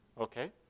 Okay